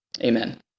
Amen